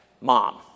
mom